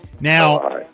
Now